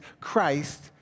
Christ